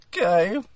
Okay